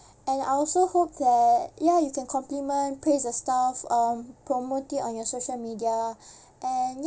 and I also hope that ya you can compliment praise the staff um promote it on your social media and ya